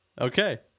Okay